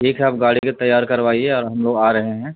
ٹھیک ہے آپ گاڑی کو تیار کروائیے اور ہم لوگ آرہے ہیں